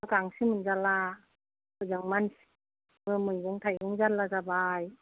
गांसो मोनजाला ओजों मानसिबो मैगं थाइगं जाल्ला जाबाय